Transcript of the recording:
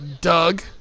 Doug